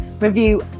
review